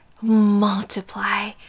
multiply